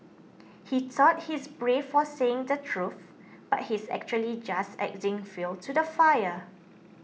he thought he's brave for saying the truth but he's actually just adding fuel to the fire